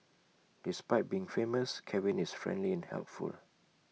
despite being famous Kevin is friendly and helpful